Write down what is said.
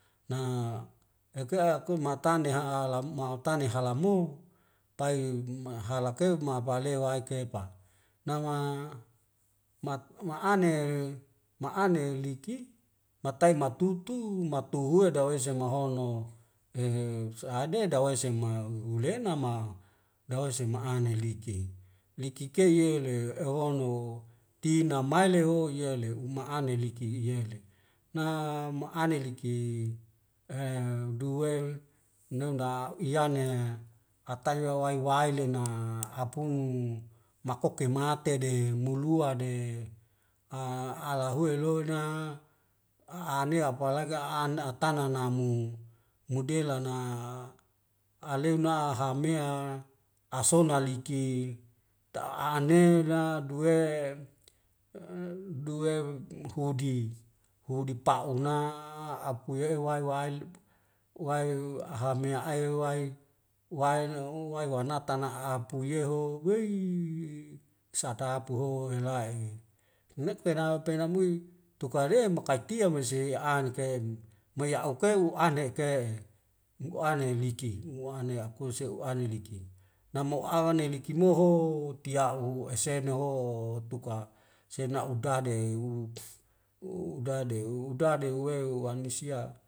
Na ekea kumatane ha'a la mau tane hala mo pai hala keut ma baleu waike pah nama mat ma'ane ma'ane liki matai matutu matuhua dawei semehono e sa'ade dawei seng mau huhu lena ma dawei sema ane liki liki kei ye le ewono tina le ho ye le uma ane liki iyele na ma'ane liki e duwe neumda uyanea hatayo wai wailena hapung makokek ma tede molua de a alahue loena a nia apalage an atana na mu mudela na aleona hamea asona liki ta; aaneda duwe e duwe hudi hudi pa'una apuye wai wa'ail wae habme ai wai wail na u wai wanata apuyeho weiiii satapoho ela'e neikerau pena mui tukade makaitia masei anikaya deng maya ueke u une ekehe nggu ane liki nggu ane akuse u'ane liki nama u'ane liki moho tia'uhu esena ho tuka sena udade uk u udade u udade uweu wanisia